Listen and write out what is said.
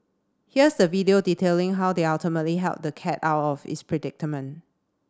here's the video detailing how they ultimately helped the cat out of its predicament